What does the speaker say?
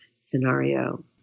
scenario